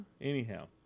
Anyhow